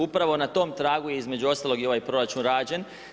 Upravo na tom tragu je između ostalog i ovaj proračun rađen.